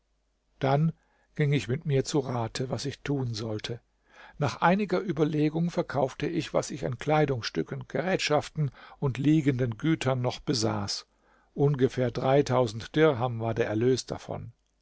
dann ging ich mit mir zu rate was ich tun sollte nach einiger überlegung verkaufte ich was ich an kleidungsstücken gerätschaften und liegenden gütern noch besaß ungefähr dirham war der erlös davon